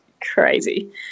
crazy